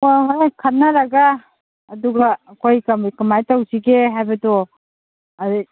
ꯍꯣꯏ ꯍꯣꯔꯦꯟ ꯈꯟꯅꯔꯒ ꯑꯗꯨꯒ ꯑꯩꯈꯣꯏ ꯀꯃꯥꯏꯅ ꯇꯧꯁꯤꯒꯦ ꯍꯥꯏꯕꯗꯣ ꯑꯗꯒꯤ